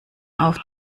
auf